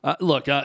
Look